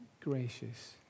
gracious